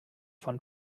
von